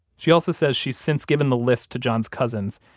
she also says she's since given the list to john's cousins.